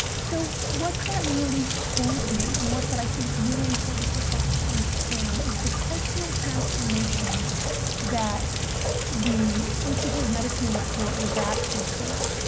so what that really told me, and what i think it's really important for folks to understand, is the cultural transformation that the institute of medicine report was asking for.